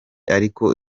ariko